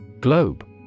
Globe